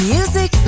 Music